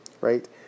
right